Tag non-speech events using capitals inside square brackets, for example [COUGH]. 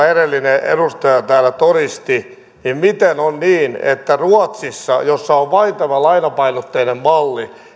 [UNINTELLIGIBLE] edellinen edustaja täällä todisti niin miten on niin että ruotsissa missä on valintana lainapainotteinen malli